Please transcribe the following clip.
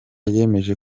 yemeje